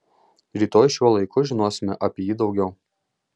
rytoj šiuo laiku žinosime apie jį daugiau